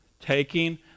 taking